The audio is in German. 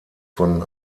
von